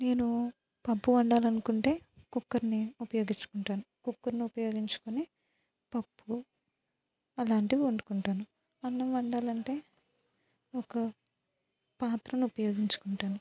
నేను పప్పు వండాలనుకుంటే కుక్కర్ని ఉపయోగించుకుంటాను కుక్కర్ని ఉపయోగించుకుని పప్పు అలాంటివి వండు కుంటాను అన్నం వండాలంటే ఒక పాత్రని ఉపయోగించుకుంటాను